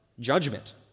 Judgment